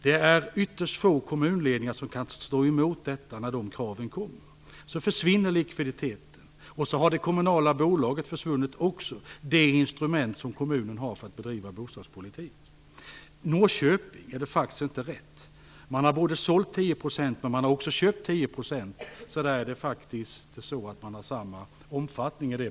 Det är ytterst få kommunledningar som kan stå emot när dessa krav kommer. Så försvinner likviditeten, och så har det kommunala bolaget också försvunnit, det instrument som kommunen har för att bedriva bostadspolitik. Det som sades om Norrköping var inte korrekt. Man har visserligen sålt 10 %, men man har också köpt 10 %, så i det bolaget har man faktiskt samma omfattning.